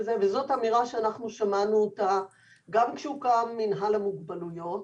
זאת אמירה שאנחנו שמענו גם כשהוקם מנהל המוגבלויות.